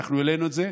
אנחנו העלינו את זה,